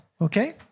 Okay